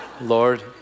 Lord